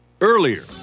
Earlier